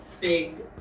big